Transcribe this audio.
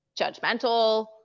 judgmental